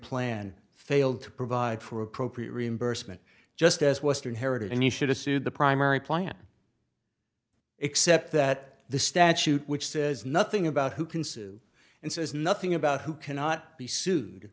plan failed to provide for appropriate reimbursement just as western heritage and you should assume the primary plan except that the statute which says nothing about who can sue and says nothing about who cannot be sued